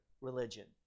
religion